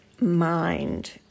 mind